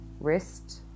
wrist